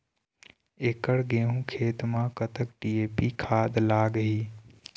एकड़ गेहूं खेत म कतक डी.ए.पी खाद लाग ही?